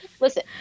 listen